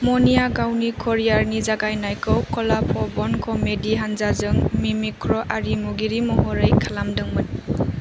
मनिआ गावनि केरियारनि जागायनायखौ कलाभवन कमेदि हानजाजों मिमिक्रि आरिमुगिरि महरै खालामदोंमोन